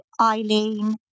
Eileen